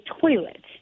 toilet